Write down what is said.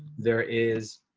there is